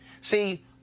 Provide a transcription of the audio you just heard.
See